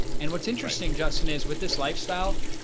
and what's interesting, justin is with this lifestyle.